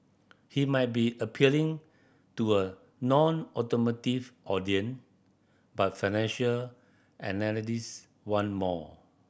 he might be appealing to a nonautomotive audience but financial analyst want more